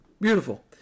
Beautiful